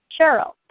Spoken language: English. Cheryl